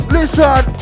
Listen